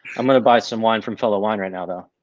i'm gonna buy some wine from fellow wine right now though.